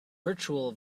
virtual